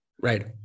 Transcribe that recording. Right